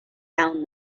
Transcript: found